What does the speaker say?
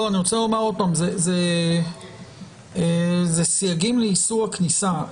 אני רוצה לומר שוב שאלה סייגים לאיסור הכניסה.